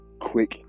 quick